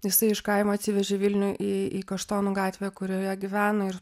jisai iš kaimo atsivežė į vilnių į į kaštonų gatvę kurioje gyveno ir